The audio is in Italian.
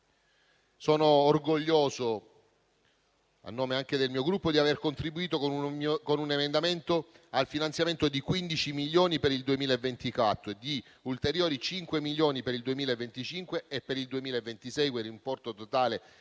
Sono orgoglioso, a nome anche del mio Gruppo, di aver contribuito con un emendamento al finanziamento di 15 milioni per il 2024 e di ulteriori 5 milioni per il 2025 e per il 2026 (quindi un importo totale